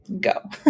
go